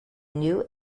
new